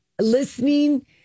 Listening